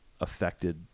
affected